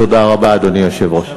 תודה רבה, אדוני היושב-ראש.